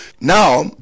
now